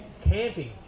Camping